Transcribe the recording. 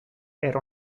era